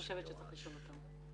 אני חושבת שצריך לשאול אותם.